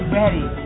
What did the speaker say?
ready